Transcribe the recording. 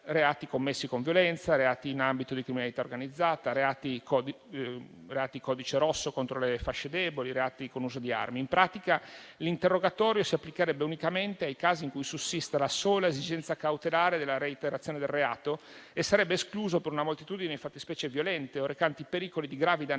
reati commessi con violenza, reati in ambito di criminalità organizzata, reati codice rosso contro le fasce deboli, reati con uso di armi. In pratica, l'interrogatorio si applicherebbe unicamente ai casi in cui sussista la sola esigenza cautelare della reiterazione del reato e sarebbe escluso per una moltitudine di fattispecie violente o recanti pericoli di gravi danni